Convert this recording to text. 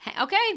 okay